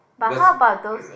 because